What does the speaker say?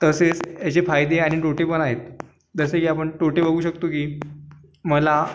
तसेच याचे फायदे आणि तोटे पण आहेत जसे की आपण तोटे बघू शकतो की मला